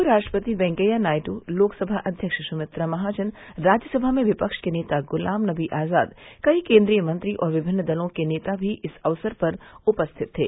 उपराष्ट्रपति वेंकैया नायडु लोकसभा अध्यक्ष सुमित्रा महाजन राज्यसभा में विपक्ष के नेता गुलाम नबी आजाद कई केन्द्रीय मंत्री और विभिन्न दलों के नेता भी इस अवसर पर उपस्थित थे